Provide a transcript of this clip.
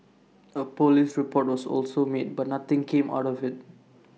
A Police report was also made but nothing came out of IT